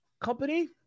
company